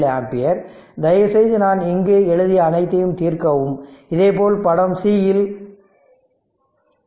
37 ampere தயவுசெய்து நான் இங்கு எழுதிய அனைத்தையும் தீர்க்கவும் இதேபோல் படம் cல் i5 2